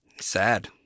sad